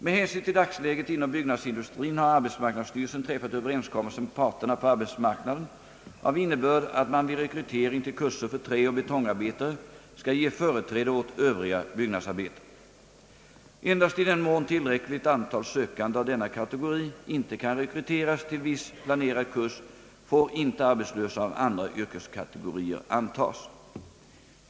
Med hänsyn till dagsläget inom byggnadsindustrien har arbetsmarknadsstyrelsen träffat överenskommelse med parterna på arbetsmarknaden av innebörd att man vid rekrytering till kurser för träoch betongarbetare skall ge företräde åt övriga byggnadsarbetare. Endast i den mån tillräckligt antal sökande av denna kategori inte kan rekryteras till viss planerad kurs får arbetslösa av andra yrkeskategorier antas.